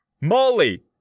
Molly